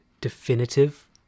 definitive